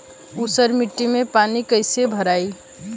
ऊसर मिट्टी में पानी कईसे भराई?